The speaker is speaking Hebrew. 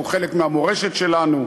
שהוא חלק מהמורשת שלנו.